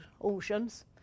oceans